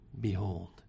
behold